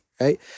right